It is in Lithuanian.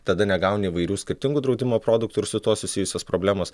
tada negauni įvairių skirtingų draudimo produktų ir su tuo susijusios problemos